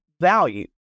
value